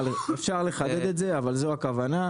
אפשר לחדד את זה אבל זו הכוונה.